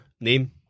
name